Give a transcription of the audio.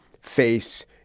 face